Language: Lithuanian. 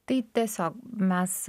tai tiesiog mes